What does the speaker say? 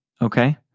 okay